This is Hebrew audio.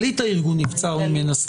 מנכ"לית הארגון נבצר ממנה להשתתף,